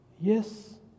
yes